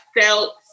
felt